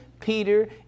Peter